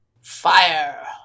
Fire